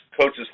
coaches